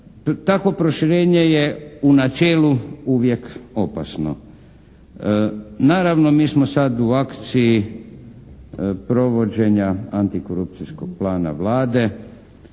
Takvo proširenje je u načelu uvijek opasno. Naravno, mi smo sad u akciji provođenja antikorupcijskog plana Vlade